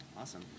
Awesome